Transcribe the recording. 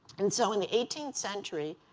and so in the eighteenth century,